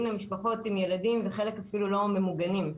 למשפחות עם ילדים וחלק אפילו לא ממוגנים.